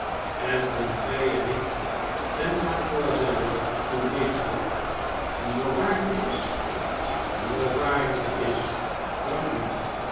en toen gij en ik en mademoiselle uw nichtje die welvarende is die welvarende is dank u